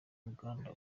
uganda